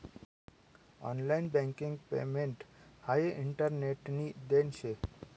online banking payment हाई इंटरनेटनी देन शे